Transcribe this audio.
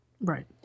Right